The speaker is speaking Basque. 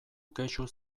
kexu